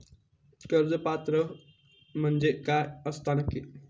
कर्ज पात्र म्हणजे काय असता नक्की?